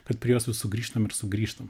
kad prie jos vis sugrįžtam ir sugrįžtam